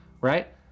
right